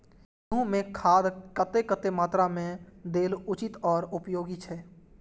गेंहू में खाद कतेक कतेक मात्रा में देल उचित आर उपयोगी छै?